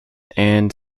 and